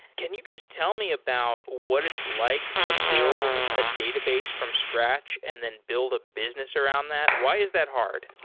can you just tell me about what it's like to build a database from scratch and then build a business around that? why is that hard?